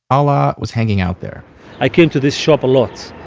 alaa was hanging out there i came to this shop a lot.